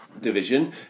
division